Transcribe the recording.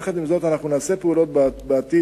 יחד עם זאת, אנחנו נעשה פעולות בעתיד,